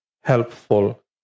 helpful